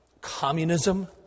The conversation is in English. communism